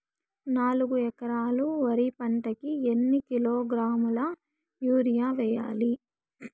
నాలుగు ఎకరాలు వరి పంటకి ఎన్ని కిలోగ్రాముల యూరియ వేయాలి?